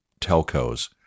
telcos